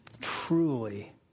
truly